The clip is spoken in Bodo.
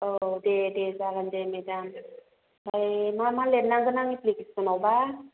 औ दे दे जागोन दे मेदाम ओमफ्राय मा मा लिरनांगोन आं एप्लिकेसनावबा